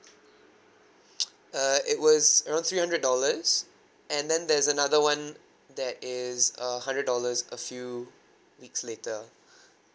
uh it was around three hundred dollars and then there's another one that is a hundred dollars a few weeks later